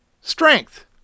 Strength